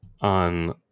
on